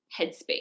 headspace